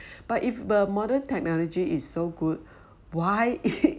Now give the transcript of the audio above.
but if the modern technology is so good why